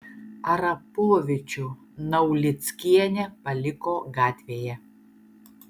arapovičių naulickienė paliko gatvėje